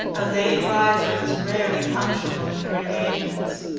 a late riser is rarely punctual in her engagements,